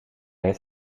heeft